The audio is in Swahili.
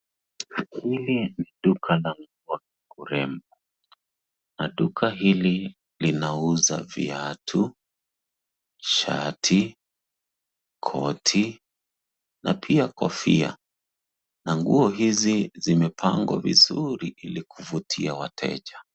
Hili ni duka la nguo za urembo na duka hili linauza viatu , shati, koti na pia kofia na nguo hizi zimepangwa vizuri ili kuvutia wateja.